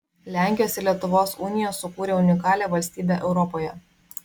lenkijos ir lietuvos unija sukūrė unikalią valstybę europoje